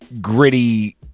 gritty